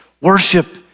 Worship